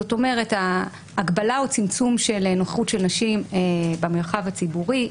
זאת אומרת הגבלה או צמצום של נוכחות של נשים במרחב הציבורי,